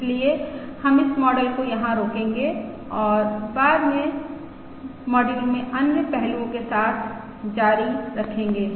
इसलिए हम इस मॉडल को यहां रोकेंगे और बाद के मॉड्यूल में अन्य पहलुओं के साथ जारी रखेंगे